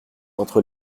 entre